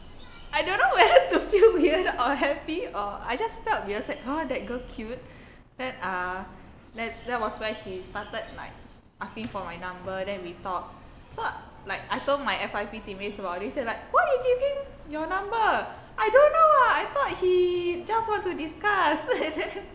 I don't know whether to feel weird or happy or I just felt weird he was like !huh! that girl cute then uh that that was when he started like asking for my number then we talk so like I told my F_Y_P team mates about this they say like why you give him your number I don't know [what] I thought he just want to discuss